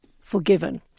forgiven